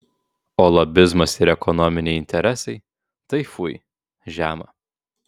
o lobizmas ir ekonominiai interesai tai fui žema